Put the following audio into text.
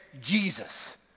Jesus